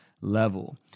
level